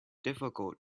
difficult